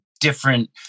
different